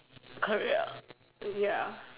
career ya